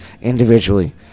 Individually